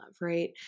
right